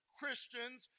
Christians